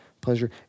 pleasure